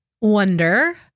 wonder